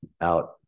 out